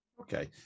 Okay